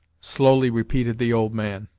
slowly repeated the old man.